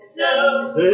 no